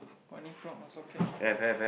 I need plug or socket